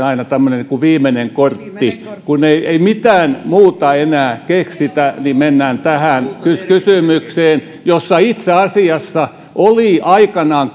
aina tämmöinen niin kuin hallituspuolueitten viimeinen kortti kun ei ei mitään muuta enää keksitä niin mennään tähän kysymykseen jossa itse asiassa oli aikanaan